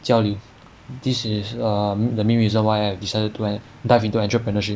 交流 this is err the main reason why I decided to dive into entrepreneurship